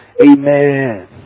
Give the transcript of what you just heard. Amen